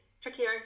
trickier